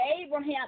Abraham